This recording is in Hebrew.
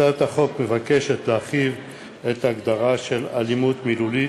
הצעת החוק מבקשת להרחיב את ההגדרה של "אלימות מילולית"